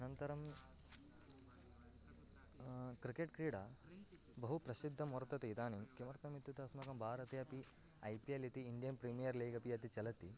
अनन्तरं क्रिकेट् क्रीडा बहु प्रसिद्धा वर्तते इदानीं किमर्थमित्युक्ते अस्माकं भारते अपि ऐ पि एल् इति इण्डियन् प्रीमियर् लीग् इति चलति